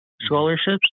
scholarships